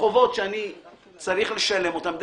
חובות שאני צריך לשלם אותם.